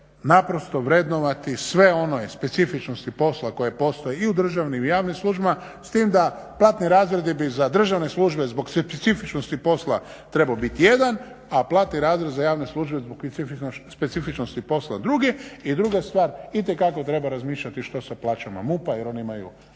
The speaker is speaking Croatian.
naprosto vrednovati sve one specifičnosti posla koje postoje i u državnim i u javnim službama, s tim da platni razredi bi za državne službe zbog specifičnosti posla trebao biti jedan, a platni razred za javne službe zbog specifičnosti posla drugi. I druga stvar, itekako treba razmišljati što sa plaćama MUP-a jer oni imaju